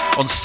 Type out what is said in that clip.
on